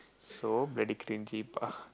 so very cringy pa